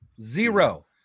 zero